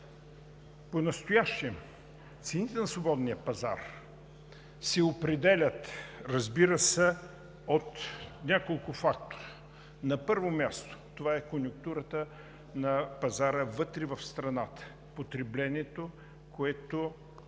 Понастоящем цените на свободния пазар се определят от няколко фактора. На първо място, това е конюнктурата на пазара вътре в страната – потреблението, което се